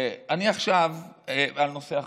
אני עכשיו בנושא אחר.